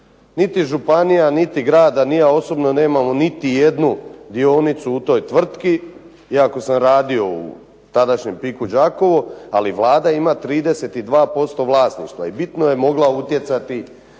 Niti županija, niti grad, niti ja osobno nemamo niti jednu dionicu u toj tvrtki, iako sam radio u tadašnjem PIK-u Đakovo ali Vlada ima 32% vlasništva i bitno je mogla utjecati